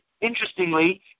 interestingly